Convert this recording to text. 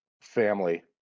family